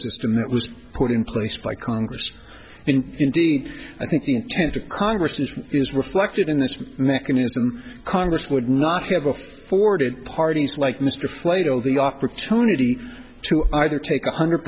system that was put in place by congress and indeed i think the intent of congress is is reflected in this mechanism congress would not have of forwarded parties like mr flayed or the opportunity to either take a hundred